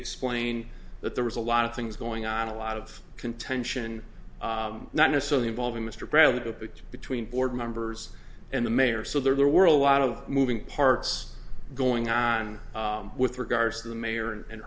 explain that there was a lot of things going on a lot of contention not necessarily involving mr bradley between board members and the mayor so there were a lot of moving parts going on with regards to the mayor and